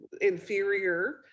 inferior